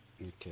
Okay